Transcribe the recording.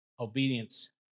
Obedience